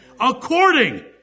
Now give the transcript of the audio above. According